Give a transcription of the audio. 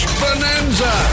bonanza